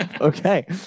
Okay